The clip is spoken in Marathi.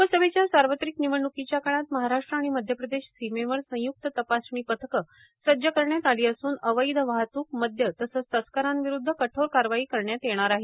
लोकसभेच्या सार्वत्रिक निवडण्कीच्या काळात महाराष्ट्र आणि मध्य प्रदेश सीमेवर संय्क्त तपासणी पथके सज्ज करण्यात आली असून अवैध वाहतूक मदय तसंच तस्करांविरूद्व कठोर कारवाई करण्यात येणार आहे